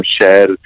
share